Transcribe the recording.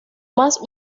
más